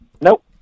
Nope